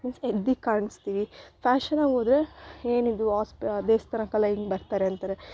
means ಎದ್ದು ಕಾಣಿಸ್ತೀವಿ ಫ್ಯಾಶನಾಗಿ ಹೋದರೆ ಏನಿದು ಹೊಸ್ಪ ದೇವಸ್ಥಾನಕ್ಕೆಲ್ಲ ಹಿಂಗೆ ಬರ್ತರೆ ಅಂತಾರೆ